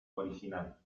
original